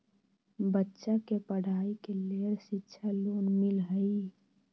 बच्चा के पढ़ाई के लेर शिक्षा लोन मिलहई?